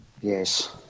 Yes